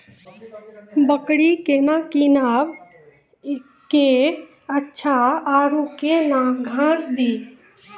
बकरी केना कीनब केअचछ छ औरू के न घास दी?